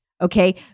okay